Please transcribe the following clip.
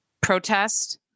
protest